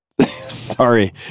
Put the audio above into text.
sorry